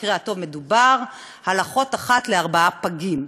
במקרה הטוב מדובר על אחות אחת לארבעה פגים.